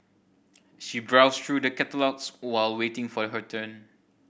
she browsed through the catalogues while waiting for her turn